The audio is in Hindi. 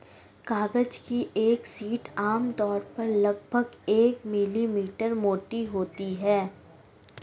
कागज की एक शीट आमतौर पर लगभग एक मिलीमीटर मोटी होती है